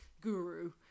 guru